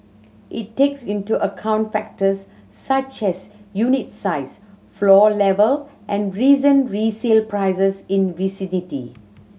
it takes into account factors such as unit size floor level and recent resale prices in vicinity